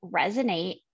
resonate